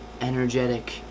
energetic